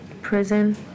prison